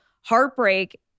heartbreak